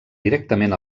directament